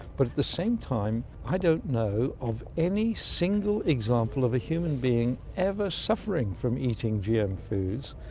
but at the same time i don't know of any single example of a human being ever suffering from eating gm foods,